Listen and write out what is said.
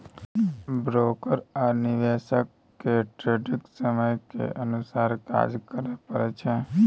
broker आ निवेशक केँ ट्रेडिग समय केर अनुसार काज करय परय छै